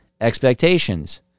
expectations